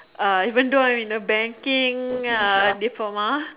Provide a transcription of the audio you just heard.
uh even though I'm in the banking diploma